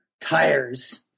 tires